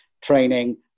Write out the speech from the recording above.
training